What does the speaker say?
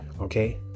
okay